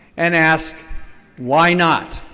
and ask why not.